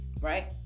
right